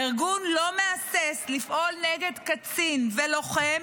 הארגון לא מהסס לפעול נגד קצין ולוחם